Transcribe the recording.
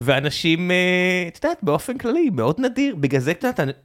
ואנשים קצת באופן כללי מאוד נדיר בגלל זה קצת.